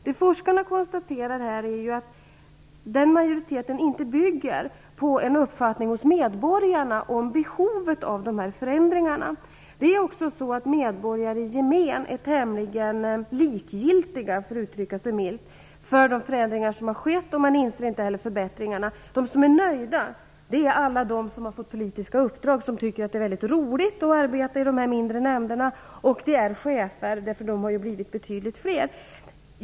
Det forskarna konstaterar är att den majoriteten inte byggger på en uppfattning hos medborgarna om behovet av dessa förändringar. Medborgare i gemen är tämligen likgiltiga, för att uttrycka sig milt, för de förändringar som har skett. Man inser inte heller vilka förbättringarna är. De som är nöjda är alla de som har fått politiska uppdrag, som tycker att det är väldigt roligt att arbeta i de mindre nämnderna, och chefer, för de har ju blivit betydligt fler.